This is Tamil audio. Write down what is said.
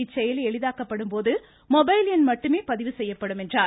இச்செயலி எளிதாக்கப்படும் போது மொபைல் எண் மட்டுமே பதிவு செய்யப்படும் என்றார்